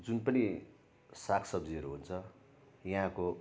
जुन पनि सागसब्जीहरू हुन्छ यहाँको